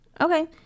Okay